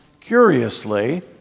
curiously